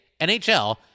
NHL